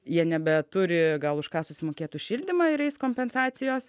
jie nebeturi gal už ką susimokėt už šildymą ir eis kompensacijos